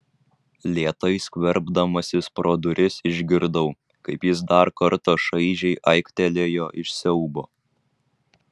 lėtai skverbdamasis pro duris išgirdau kaip jis dar kartą šaižiai aiktelėjo iš siaubo